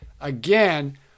again